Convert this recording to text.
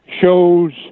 shows